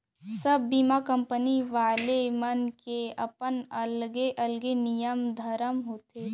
सब बीमा कंपनी वाले मन के अपन अलगे अलगे नियम धरम होथे